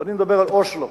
ואני מדבר על אוסלו.